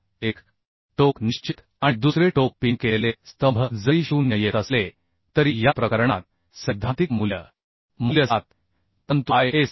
पुन्हा एक टोक निश्चित आणि दुसरे टोक पिन केलेले स्तंभ जरी 0 येत असले तरी या प्रकरणात सैद्धांतिक मूल्य मूल्य 7 परंतु आय